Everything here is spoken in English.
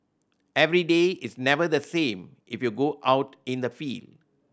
every day is never the same if you go out in the field